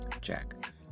Jack